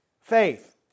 faith